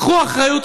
קחו אחריות,